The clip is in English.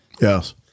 Yes